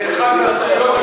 זו אחת הזכויות הגדולות,